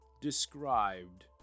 described